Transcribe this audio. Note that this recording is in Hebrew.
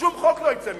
שום חוק לא יצא מזה.